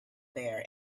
there